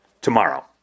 tomorrow